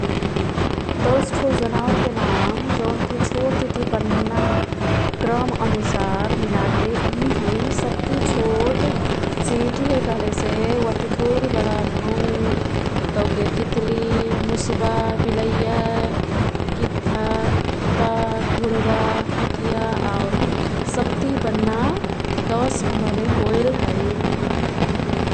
दसठो जनावर के नाम जौन् कि छोट तिती बन्ना क्रम अनुसार मिलाके ई हैं। सब्ती छोट चेंटी हैं कह्लेसे ओह्ती थोरी बडा भौंण तौके तित्ली, मुस्बा, बिलैया ,गिद्धा ,कुत्ता, घुड्बा, हथिया आउर सब्ती बन्ना दस नम्बर मे व्हेल है।